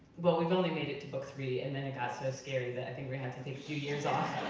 but we've only made it to book three and then it got so scary that i think we had to take a few years off,